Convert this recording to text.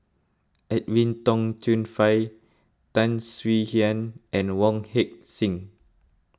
Edwin Tong Chun Fai Tan Swie Hian and Wong Heck Sing